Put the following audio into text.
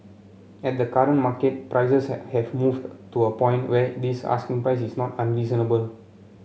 and the current market prices have moved to a point where this asking price is not unreasonable